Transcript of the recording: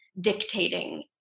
dictating